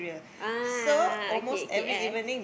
ah okay okay ah